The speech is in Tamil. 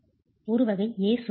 ஒரு வகை A சுவர் ஆகும்